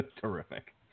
Terrific